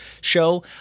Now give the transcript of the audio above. show